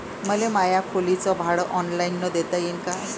मले माया खोलीच भाड ऑनलाईन देता येईन का?